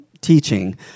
teaching